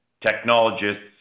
technologists